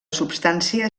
substància